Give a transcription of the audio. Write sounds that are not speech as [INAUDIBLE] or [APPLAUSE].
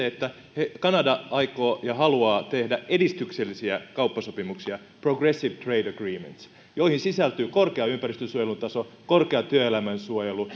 [UNINTELLIGIBLE] että kanada aikoo ja haluaa tehdä edistyksellisiä kauppasopimuksia progressive trade agreements joihin sisältyy korkea ympäristönsuojelun taso korkea työelämän suojelu [UNINTELLIGIBLE]